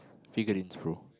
figurines brother